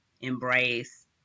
embrace